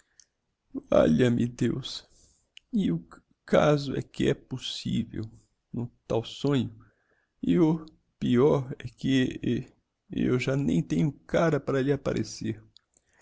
carruagem valha-me deus e o c caso é que é possivel no tal sonho e o peor é que e eu já nem tenho cara para lhe apparecer